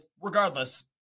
regardless